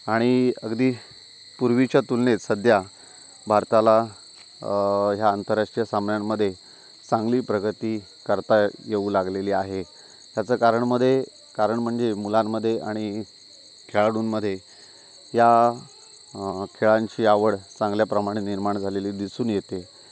आणि अगदी पूर्वीच्या तुलनेत सध्या भारताला ह्या आंतरराष्ट्रीय सामन्यांमध्ये चांगली प्रगती करता येऊ लागलेली आहे ह्याचं कारणमदे कारण म्हणजे मुलांमध्ये आणि खेळाडूंमध्ये या खेळांची आवड चांगल्या प्रमाणे निर्माण झालेली दिसून येते